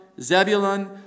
Zebulun